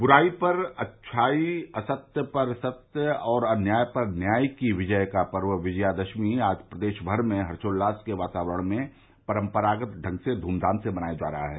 ब्राई पर अच्छाई असत्य पर सत्य और अन्याय पर न्याय की विजय का पर्व विजयादशमी आज प्रदेश भर में हर्षोल्लास के वातावरण में परम्परागत ढंग से ध्रम्बाम से मनाया जा रहा है